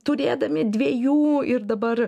turėdami dviejų ir dabar